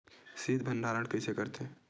शीत भंडारण कइसे करथे?